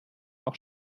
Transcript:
auch